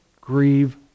grieve